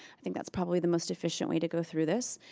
i think that's probably the most efficient way to go through this.